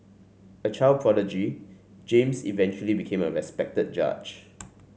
a child prodigy James eventually became a respected judge